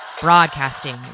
Broadcasting